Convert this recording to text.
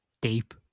deep